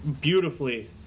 beautifully